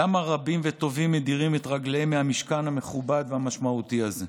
למה רבים וטובים מדירים את רגליהם מהמשכן המכובד והמשמעותי הזה?